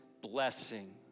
blessing